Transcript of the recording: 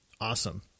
awesome